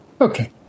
Okay